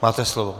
Máte slovo.